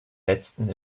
letzten